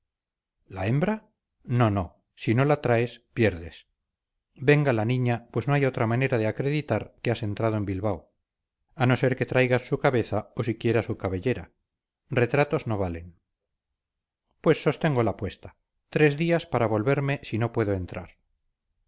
la hembra no no si no la traes pierdes venga la niña pues no hay otra manera de acreditar que has entrado en bilbao a no ser que traigas su cabeza o siquiera su cabellera retratos no valen pues sostengo la apuesta tres días para volverme si no puedo entrar